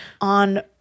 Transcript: on